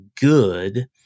good